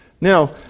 Now